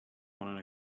want